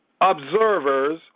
observers